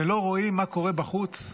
אתם לא רואים מה קורה בחוץ?